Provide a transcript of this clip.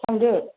थांदो